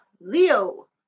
Leo